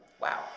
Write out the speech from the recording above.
Wow